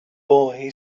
boy